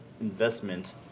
investment